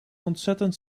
ontzettend